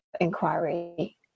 inquiry